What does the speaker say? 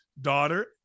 daughter